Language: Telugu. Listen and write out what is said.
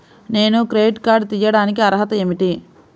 నేను క్రెడిట్ కార్డు తీయడానికి అర్హత ఏమిటి?